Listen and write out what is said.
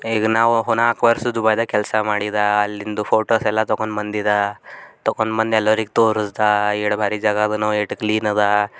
ಈಗ ನಾವು ನಾಲ್ಕು ವರ್ಷ ದುಬೈದಾಗ ಕೆಲಸ ಮಾಡಿದ ಅಲ್ಲಿಂದು ಫೋಟೋಸ್ ಎಲ್ಲ ತೊಗೊಂಡು ಬಂದಿದ್ದ ತೊಗೊಂಡು ಬಂದು ಎಲ್ಲರಿಗೆ ತೋರಿಸ್ದಾ ಏಳು ಬಾರಿ ಜಾಗ ಅದು ನಾವು ಎಷ್ಟು ಕ್ಲೀನ್ ಅದಾ